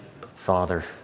Father